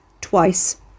Twice